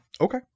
Okay